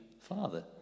Father